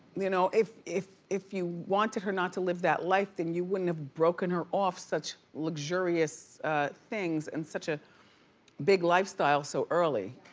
you know if if you wanted her not to live that life, then you wouldn't have broken her off such luxurious things and such a big lifestyle so early.